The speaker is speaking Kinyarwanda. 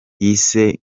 yise